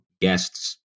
guests